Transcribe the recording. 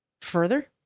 further